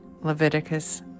Leviticus